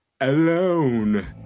alone